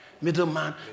middleman